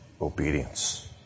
obedience